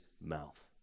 mouth